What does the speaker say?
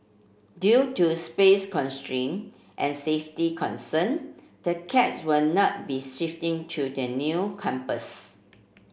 due to space constraint and safety concern the cats will not be shifting to the new campus